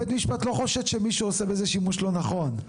בית משפט לא חושד שמישהו עושה בזה שימוש לא נכון.